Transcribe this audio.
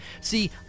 See